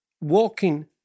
walking